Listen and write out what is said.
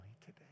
today